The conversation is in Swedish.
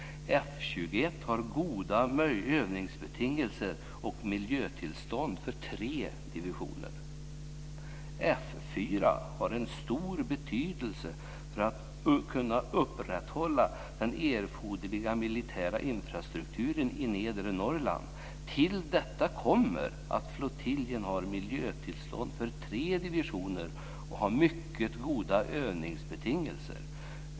F 21 har goda övningsbetingelser och miljötillstånd för tre divisioner, anser man. F 4 har en stor betydelse för att kunna upprätthålla den erforderliga militära infrastrukturen i nedre Norrland. Till detta kommer, skriver man, att flottiljen har miljötillstånd för tre divisioner och mycket goda övningsbetingelser.